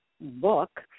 book